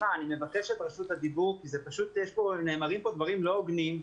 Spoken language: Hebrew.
אני מבקש את רשות הדיבור כי נאמרים פה דברים לא הוגנים,